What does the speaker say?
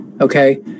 okay